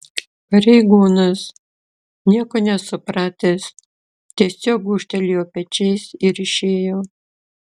pareigūnas nieko nesupratęs tiesiog gūžtelėjo pečiais ir išėjo